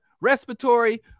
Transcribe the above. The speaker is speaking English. respiratory